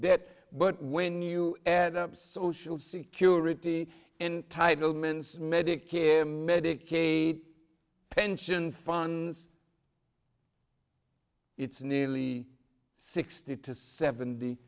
debt but when you add up social security in title men's medicare medicaid pension funds it's nearly sixty to seventy